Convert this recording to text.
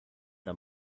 the